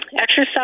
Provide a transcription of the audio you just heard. exercise